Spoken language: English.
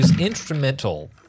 instrumental